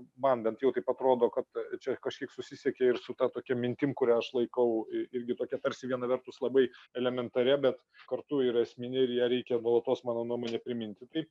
man bent jau taip atrodo kad čia kažkiek susisiekia ir su ta tokia mintim kurią aš laikau irgi tokia tarsi viena vertus labai elementaria bet kartu ir esminė ir ją reikia nuolatos mano nuomone priminti taip